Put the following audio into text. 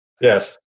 Yes